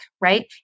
right